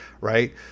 Right